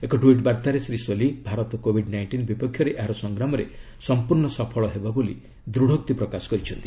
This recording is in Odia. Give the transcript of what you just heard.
ଏକ ଟ୍ୱିଟ୍ ବାର୍ତ୍ତାରେ ଶ୍ରୀ ସୋଲିହ୍ ଭାରତ କୋବିଡ୍ ନାଇଷ୍ଟିନ୍ ବିପକ୍ଷରେ ଏହାର ସଂଗ୍ରାମରେ ସମ୍ପର୍ଣ୍ଣ ସଫଳ ହେବ ବୋଲି ଦୂଢ଼ୋକ୍ତି ପ୍ରକାଶ କରିଛନ୍ତି